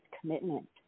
commitment